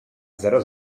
zero